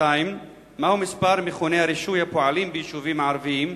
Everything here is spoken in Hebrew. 2. מהו מספר מכוני הרישוי הפועלים ביישובים הערביים,